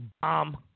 bomb